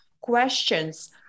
questions